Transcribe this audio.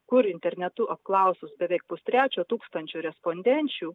kur internetu apklausus beveik pustrečio tūkstančio respondenčių